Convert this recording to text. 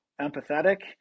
empathetic